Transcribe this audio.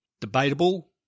Debatable